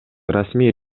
расмий